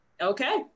okay